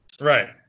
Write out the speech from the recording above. right